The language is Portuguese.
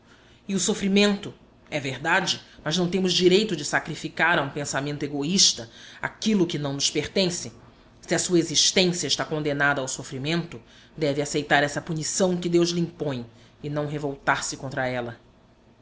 e o sofrimento é verdade mas não temos direito de sacrificar a um pensamento egoísta aquilo que não nos pertence se a sua existência está condenada ao sofrimento deve aceitar essa punição que deus lhe impõe e não revoltar-se contra ela